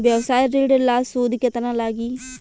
व्यवसाय ऋण ला सूद केतना लागी?